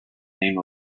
name